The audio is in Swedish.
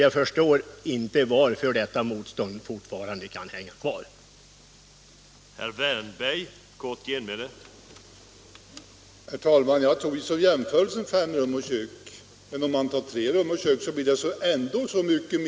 Jag förstår inte varför man fortfarande motsätter sig att avskaffa det.